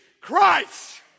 Christ